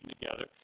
together